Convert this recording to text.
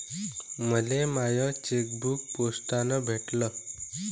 मले माय चेकबुक पोस्टानं भेटल